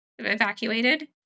evacuated